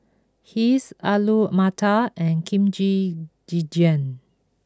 Kheer Alu Matar and Kimchi Jjigae